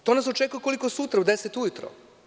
To nas očekuje koliko sutra, u 10 ujutro.